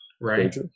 Right